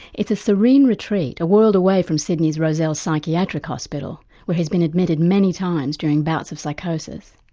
it's a serene retreat, a world away from sydney's rozelle psychiatric hospital where he's been admitted many times during bouts of psychosis.